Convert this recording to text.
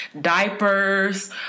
diapers